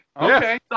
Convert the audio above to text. Okay